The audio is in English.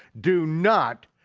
do not,